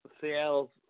Seattle